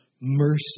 mercy